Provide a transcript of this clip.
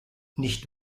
nicht